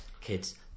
kids